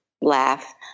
laugh